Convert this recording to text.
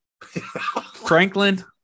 Franklin